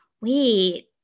Wait